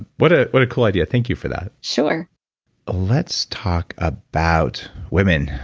what ah what a cool idea. thank you for that sure let's talk about women.